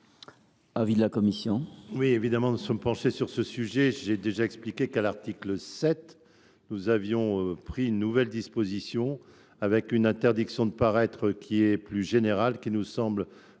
l’avis de la commission ?